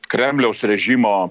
kremliaus režimo